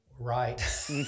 Right